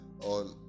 on